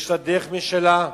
יש לה דרך משלה,